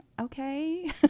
okay